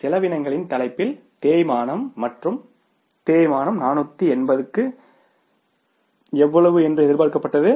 செலவினங்களின் தலைப்பில் தேய்மானம் மற்றும் தேய்மானம் 480 க்கு எவ்வளவு என்று எதிர்பார்க்கப்பட்டது